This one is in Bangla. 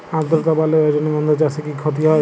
আদ্রর্তা বাড়লে রজনীগন্ধা চাষে কি ক্ষতি হয়?